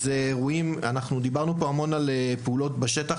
אנחנו דיברנו המון על פעולות בשטח,